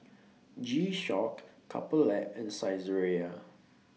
G Shock Couple Lab and Saizeriya